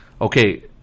Okay